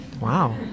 Wow